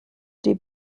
die